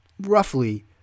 roughly